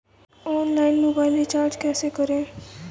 Online mobile recharge कैसे करें?